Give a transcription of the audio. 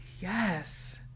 Yes